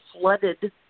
flooded